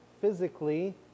physically